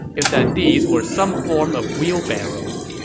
is that these were some form of wheelbarrows.